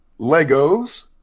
Legos